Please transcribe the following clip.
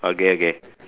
okay okay